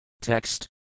Text